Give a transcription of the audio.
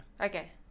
Okay